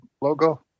logo